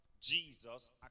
Jesus